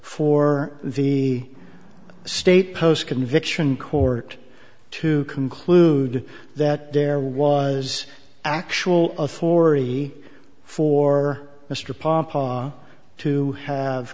for the state post conviction court to conclude that there was actual authority for mr popof to have